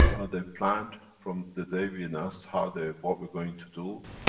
but they've planned from the day we announced how they. what we're going to do,